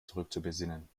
zurückzubesinnen